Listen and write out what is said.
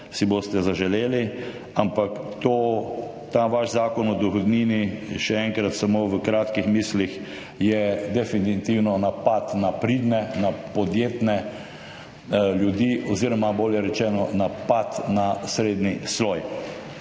si boste zaželeli. Ampak ta vaš zakon o dohodnini, še enkrat, samo v kratkih mislih, je definitivno napad na pridne, na podjetne ljudi oziroma bolje rečeno napad na srednji sloj.